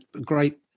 great